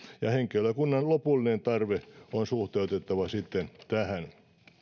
ja henkilökunnan lopullinen tarve on suhteutettava sitten tähän